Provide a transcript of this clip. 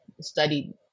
studied